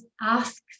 asks